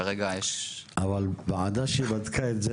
וכרגע יש --- אבל ועדה שבדקה את זה